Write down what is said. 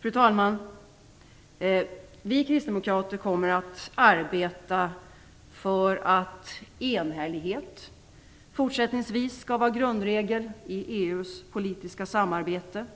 Fru talman! Vi kristdemokrater kommer att arbeta för att enhällighet fortsättningsvis skall vara grundregel i EU:s politiska samarbete.